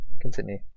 Continue